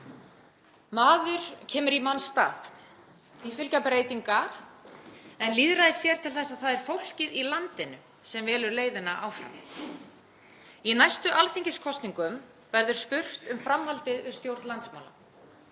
Maður kemur í manns stað. Því fylgja breytingar en lýðræðið sér til þess að það er fólkið í landinu sem velur leiðina áfram. Í næstu alþingiskosningum verður spurt um framhaldið við stjórn landsmála.